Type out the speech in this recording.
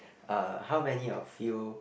uh how many of you